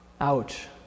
Ouch